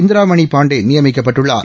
இந்திராமணிபாண்டேநியமிக்கப்பட்டுள்ளார்